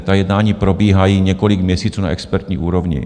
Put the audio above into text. Ta jednání probíhají několik měsíců na expertní úrovni.